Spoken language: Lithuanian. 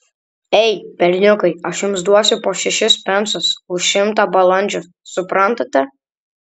ei berniukai aš jums duosiu po šešis pensus už šimtą balandžių suprantate